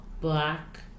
black